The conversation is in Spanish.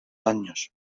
años